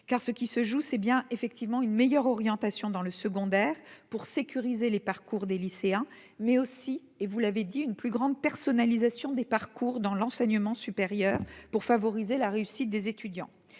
car ce qui se joue, c'est bien effectivement une meilleure orientation dans le secondaire, pour sécuriser les parcours des lycéens, mais aussi, et vous l'avez dit, une plus grande personnalisation des parcours dans l'enseignement supérieur pour favoriser la réussite des étudiants